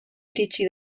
iritsi